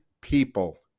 people